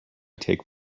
take